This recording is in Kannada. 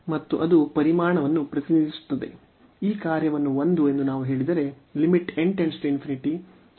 ಮತ್ತು ಅದು ಪರಿಮಾಣವನ್ನು ಪ್ರತಿನಿಧಿಸುತ್ತದೆ